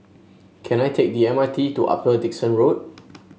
can I take the M R T to Upper Dickson Road